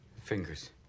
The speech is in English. Fingers